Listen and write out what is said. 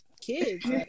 kids